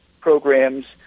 programs